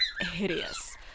Hideous